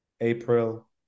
April